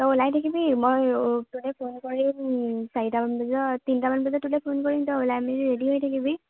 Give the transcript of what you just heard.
তই ওলাই থাকিবি মই ফোন কৰিম চাৰিটামান বজাত তিনিটামান বজাত তোলৈ ফোন কৰিম তই ওলাই মেলি ৰেডি হৈ থাকিবি